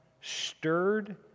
stirred